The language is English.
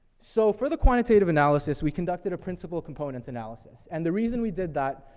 so for the quantitative analysis, we conducted a principle components analysis. and the reason we did that,